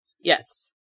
Yes